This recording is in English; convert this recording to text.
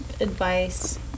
advice